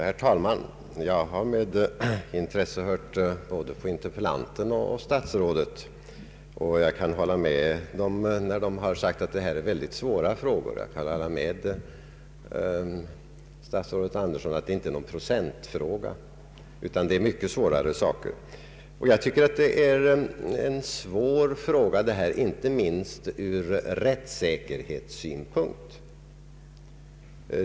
Herr talman! Jag har med intresse hört på både interpellanten och statsrådet och kan hålla med dem om att detta är väldigt svåra frågor. Det gäller, som statsrådet Andersson sade, inte en procentfråga utan mycket svårare saker, inte minst från rättssäkerhetssynpunkt.